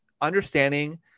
understanding